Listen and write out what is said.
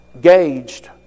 gauged